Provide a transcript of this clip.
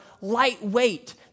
lightweight